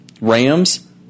Rams